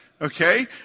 Okay